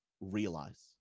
realize